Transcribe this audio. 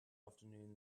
afternoon